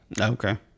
Okay